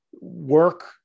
work